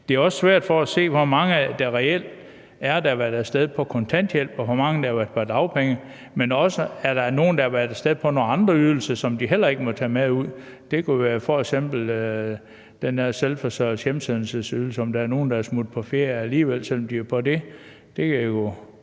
Det er også svært for os at se, hvor mange der reelt har været af sted på kontanthjælp, og hvor mange på dagpenge, men også, om der er nogle, der har været af sted på nogle andre ydelser, som de heller ikke må tage med ud. Det kunne f.eks. være den der selvforsørgelses- og hjemsendelsesydelse. Er der nogle, der er smuttet på ferie alligevel, selv om de er på den? Det kunne jo